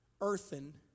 earthen